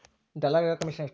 ದಲ್ಲಾಳಿಗಳ ಕಮಿಷನ್ ಎಷ್ಟು?